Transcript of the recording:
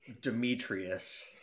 Demetrius